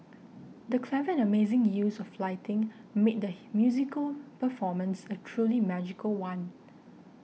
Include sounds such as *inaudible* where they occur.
the clever and amazing use of lighting made the *noise* musical performance a truly magical one